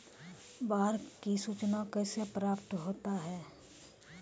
बाढ की सुचना कैसे प्राप्त होता हैं?